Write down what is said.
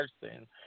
person